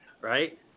right